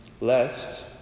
lest